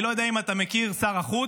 אני לא יודע אם אתה מכיר, שר החוץ,